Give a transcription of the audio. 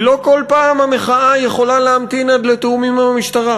כי לא כל פעם המחאה יכולה להמתין עד לתיאום עם המשטרה,